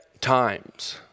times